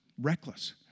reckless